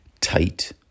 tight